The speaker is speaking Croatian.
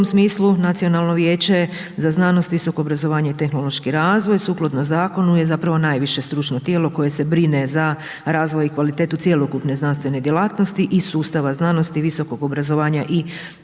u tom smislu Nacionalno vijeće za znanost, visoko obrazovanje i tehnološki razvoj sukladno zakonu je zapravo najviše stručno tijelo koje se brine za razvoj i kvalitetu cjelokupne znanstvene djelatnosti iz sustava znanosti i visokog obrazovanja i tehnološkog razvoja